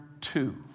two